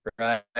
right